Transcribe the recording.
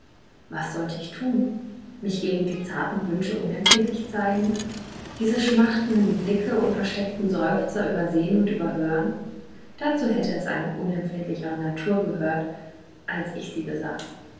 was sollte ich tun mich gegen die zarten wünsche unempfindlich zeigen diese schmachtenden blicke und versteckten seufzer übersehen und überhören dazu hätte eine unempfindlichere natur gehört als ich sie besaß